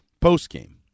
post-game